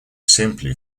simply